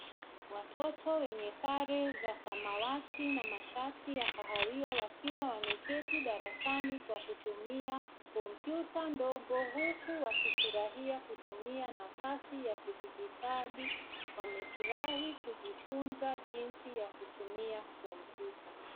Watoto wenye sare za samawati na mashati ya kahawia wakiwa wameketi darasani kwa kutumia kompyuta ndogo huku wakifurahia kutumia nafasi ya kidijitali. Wamefurahi kujifunza jinsi ya kutumia kompyuta.